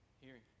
Hearing